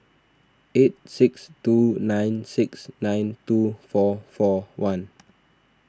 eight six two nine six nine two four four one